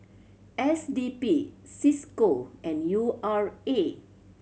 S D P Cisco and U R A